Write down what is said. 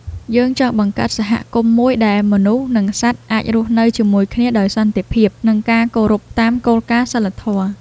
យើងចង់បង្កើតសហគមន៍មួយដែលមនុស្ស និងសត្វអាចរស់នៅជាមួយគ្នាដោយសន្តិភាព និងការគោរពតាមគោលការណ៍សីលធម៌។